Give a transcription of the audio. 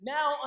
Now